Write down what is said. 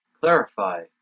clarify